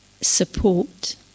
support